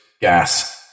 gas